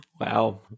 Wow